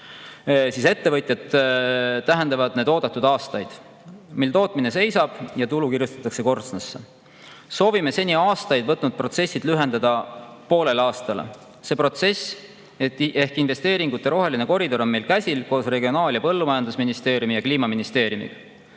aga ettevõtjatele tähendab see aeg oodatud aastaid, mil tootmine seisab ja tulu kirjutatakse korstnasse. Soovime seni aastaid võtnud protsessid lühendada poolele aastale. See protsess ehk investeeringute roheline koridor on meil käsil koos Regionaal- ja Põllumajandusministeeriumi ja Kliimaministeeriumiga.